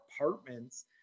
apartments